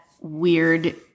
weird